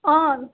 অঁ